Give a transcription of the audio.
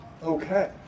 okay